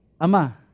Ama